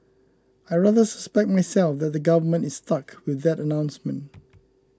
I rather suspect myself that the government is stuck with that announcement